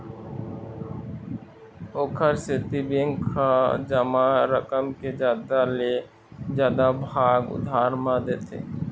ओखर सेती बेंक ह जमा रकम के जादा ले जादा भाग उधार म देथे